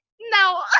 no